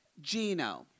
Gino